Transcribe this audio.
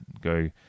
go